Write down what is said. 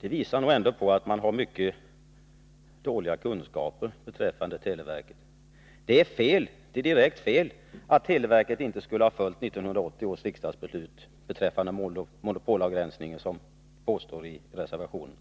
Den visar på att man har mycket dåliga kunskaper beträffande televerket. Det är direkt fel att televerket inte skulle ha följt 1980 års riksdagsbeslut beträffande monopolavgränsningen, som påstås i reservationen.